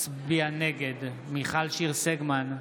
נגד מיכל שיר סגמן,